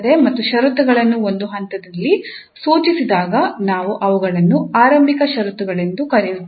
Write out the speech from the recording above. ಮತ್ತು ಷರತ್ತುಗಳನ್ನು ಒಂದು ಹಂತದಲ್ಲಿ ಸೂಚಿಸಿದಾಗ ನಾವು ಅವುಗಳನ್ನು ಆರಂಭಿಕ ಷರತ್ತುಗಳೆಂದು ಕರೆಯುತ್ತೇವೆ